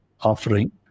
offering